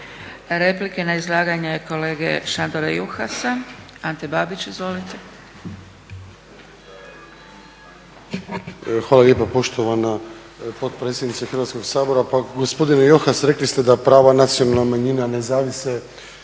Replike na izlaganje kolege Šandora Juhasa. Ante Babić izvolite. **Babić, Ante (HDZ)** Hvala lijepa poštovana potpredsjednice Hrvatskog sabora. Pa gospodine Juhas, rekli ste da prava nacionalnih manjina ne zavise